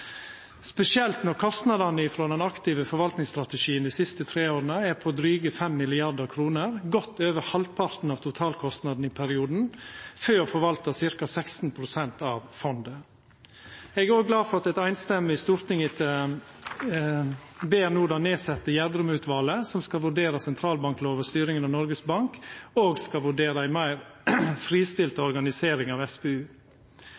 spesielt når kostnadene frå den aktive forvaltningsstrategien dei siste tre åra er på drygt 5 mrd. kr, godt over halvparten av totalkostnadene i perioden, for å forvalta ca. 16 pst. av fondet. Eg er òg glad for at eit samrøystes storting no ber det nedsette Gjedrem-utvalet, som skal vurdera sentralbanklova og styringa av Noregs Bank, òg skal vurdera ei meir fristilt